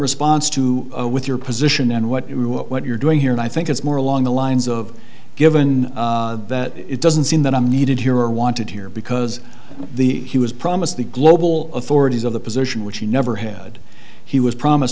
response to with your position and what you know what you're doing here and i think it's more along the lines of given that it doesn't seem that i'm needed here or wanted here because the he was promised the global authorities of the position which he never had he was promised